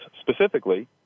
specifically